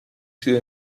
sido